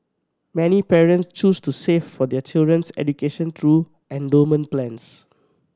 many parents choose to save for their children's education through endowment plans